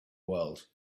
world